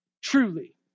truly